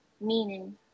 Meaning